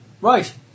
Right